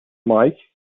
مايك